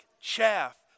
chaff